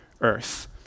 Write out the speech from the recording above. earth